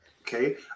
okay